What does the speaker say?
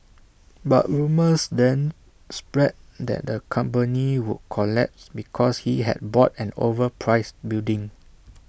but rumours then spread that the company would collapse because he had bought an overpriced building